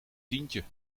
tientje